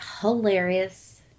hilarious